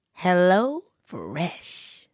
HelloFresh